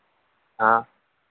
हाँ